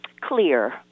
clear